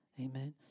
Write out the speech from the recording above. Amen